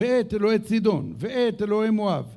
ואת אלוהי צידון ואת אלוהי מואב